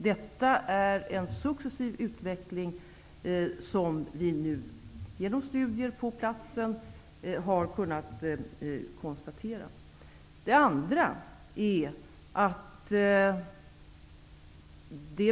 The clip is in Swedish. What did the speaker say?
Detta är en successiv utveckling som vi genom studier på platsen har kunnat konstatera.